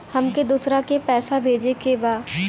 हमके दोसरा के पैसा भेजे के बा?